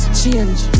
change